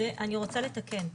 אני רוצה לתקן.